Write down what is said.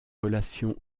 relations